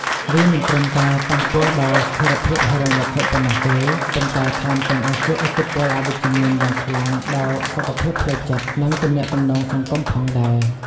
វាមិនត្រឹមតែប៉ះពាល់ដល់ស្ថិរភាពហិរញ្ញវត្ថុប៉ុណ្ណោះទេ ប៉ុន្តែថែមទាំងអាចជះឥទ្ធិពលអវិជ្ជមានយ៉ាងខ្លាំងដល់សុខភាពផ្លូវចិត្ត និងទំនាក់ទំនងសង្គមផងដែរ។